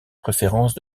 préférence